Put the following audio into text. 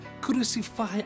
crucify